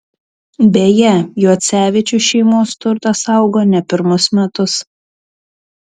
beje juocevičių šeimos turtas auga ne pirmus metus